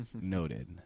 Noted